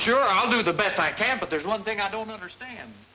cure i'll do the best i can but there's one thing i don't understand